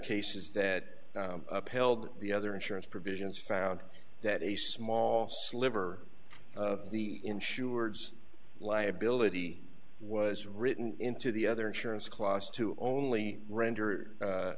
cases that upheld the other insurance provisions found that a small sliver of the insureds liability was written into the other insurance clause to only render